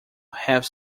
have